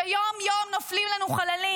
כשיום-יום נופלים לנו חללים.